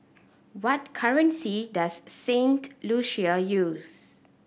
what currency does Saint Lucia use